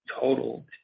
total